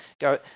go